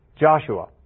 Joshua